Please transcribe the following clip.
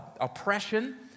oppression